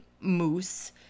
moose